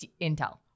intel